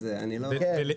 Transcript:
תודה.